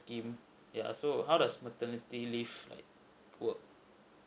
scheme yeah so how does maternity leave like work